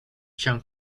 chiang